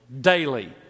daily